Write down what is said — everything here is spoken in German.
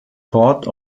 port